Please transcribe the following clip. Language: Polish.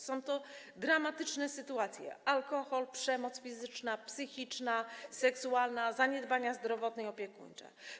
Są to dramatyczne sytuacje: alkohol, przemoc fizyczna, psychiczna, seksualna, zaniedbania zdrowotne i opiekuńcze.